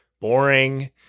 boring